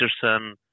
Peterson